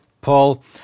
Paul